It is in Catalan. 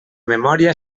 memòria